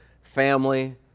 family